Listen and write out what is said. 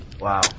Wow